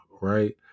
right